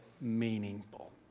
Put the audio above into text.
meaningful